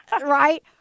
Right